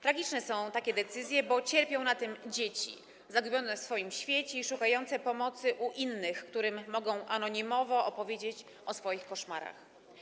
Tragiczne są takie decyzje, bo cierpią na tym dzieci zagubione w swoim świecie i szukające pomocy u innych, którym mogą anonimowo opowiedzieć o swoich koszmarach.